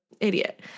idiot